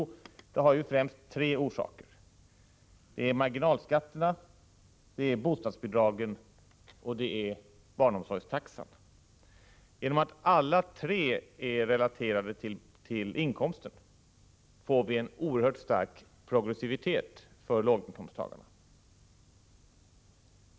Det har främst tre orsaker: det är marginalskatterna, det är bostadsbidragen och det är barnomsorgstaxan. Genom att alla tre är relaterade till inkomsten får vi en oerhört stark progressivitet för låginkomsttagarna.